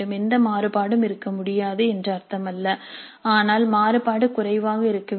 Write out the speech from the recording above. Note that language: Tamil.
எந்த மாறுபாடும் இருக்க முடியாது என்று அர்த்தமல்ல ஆனால் மாறுபாடு குறைவாக இருக்க வேண்டும்